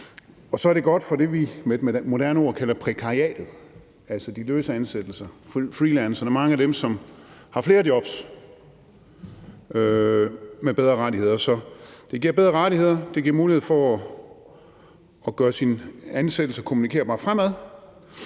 Og så er det godt for det, vi med et moderne ord kalder prekariatet, altså de løse ansættelser og freelancerne, mange af dem, som har flere jobs, i forhold til bedre rettigheder. Så det giver bedre rettigheder, det giver mulighed for at gøre sin ansættelse kommunikerbar fremadrettet,